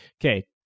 Okay